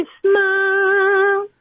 smile